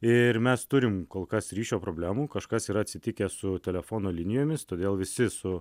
ir mes turim kol kas ryšio problemų kažkas yra atsitikę su telefono linijomis todėl visi su